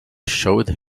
showed